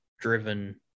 driven